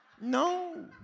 No